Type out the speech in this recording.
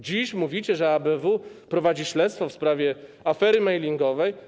Dziś mówicie, że ABW prowadzi śledztwo w sprawie afery mailingowej.